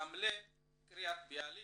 רמלה, קריית ביאליק,